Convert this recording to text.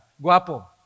guapo